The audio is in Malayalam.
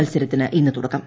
മത്സരത്തിന് ഇന്ന് തുടക്കം